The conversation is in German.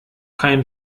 kein